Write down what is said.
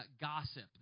gossip